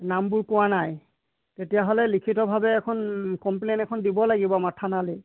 নামবোৰ কোৱা নাই তেতিয়াহ'লে লিখিতভাৱে এখন কম্প্লেইন এখন দিব লাগিব আমাৰ থানালৈ